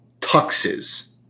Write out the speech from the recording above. tuxes